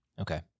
Okay